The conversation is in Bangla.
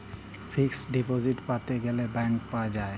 ফিক্সড ডিপজিট প্যাতে গ্যালে ব্যাংকে যায়